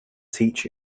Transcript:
teach